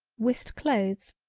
whist clothes,